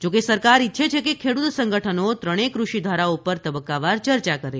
જોકે સરકાર ઇચ્છે છે કે ખેડૂત સંગઠનો ત્રણેય કૃષિ ધારાઓ પર તબક્કાવાર ચર્ચા કરે